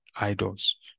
idols